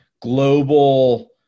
global